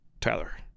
Tyler